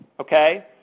okay